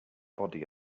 body